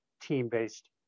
team-based